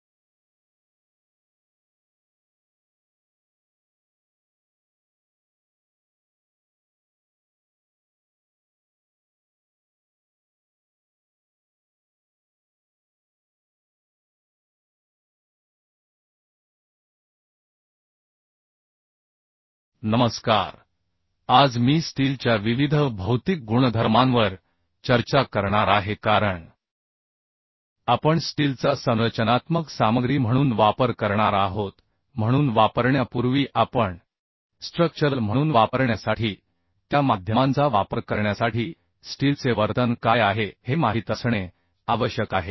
नमस्कार आज मी स्टीलच्या विविध भौतिक गुणधर्मांवर चर्चा करणार आहे कारण आपण स्टीलचा संरचनात्मक सामग्री म्हणून वापर करणार आहोत म्हणून वापरण्यापूर्वी आपण स्ट्रक्चरल म्हणून वापरण्यासाठी त्या माध्यमांचा वापर करण्यासाठी स्टीलचे वर्तन काय आहे हे माहित असणे आवश्यक आहे